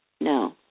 No